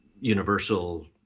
universal